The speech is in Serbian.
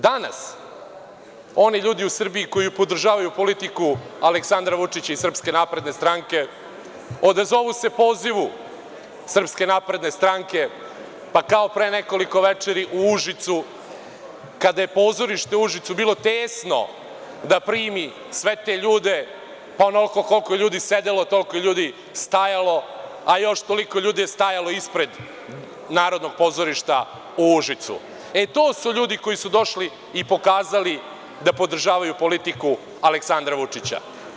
Danas, oni ljudi u Srbiji koji podržavaju politiku Aleksandra Vučića i SNS, odazovu se pozivu SNS, pa kao pre nekoliko večeri, u Užicu, kada je pozorište u Užicu bilo tesno da primi sve te ljude, pa onoliko koliko ljudi je sedelo toliko je ljudi stajalo, a još toliko ljudi je stajalo ispred Narodnog pozorišta u Užicu, e to su ljudi koji su došli pokazali da podržavaju politiku Aleksandra Vučića.